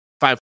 five